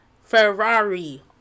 Ferrari